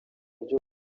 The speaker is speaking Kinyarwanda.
buryo